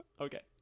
Okay